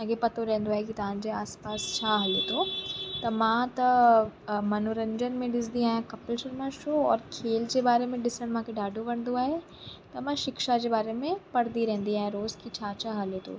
तव्हांखे पतो रहंदो आहे की तव्हांजे आस पास छा हले थो त मां त मनोरंजनु में ॾिसंदी आहियां कपिल शर्मा शो और खेल जे बारे में ॾिसण मूंखे ॾाढो वणंदो आहे त मां शिक्षा जे बारे में पढ़िदी रहंदी आहिंयां रोज़ की छा छा हले थो